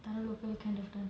like தர:thara local kind of dance